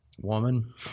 woman